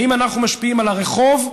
האם אנחנו משפיעים על הרחוב?